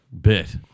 bit